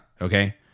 Okay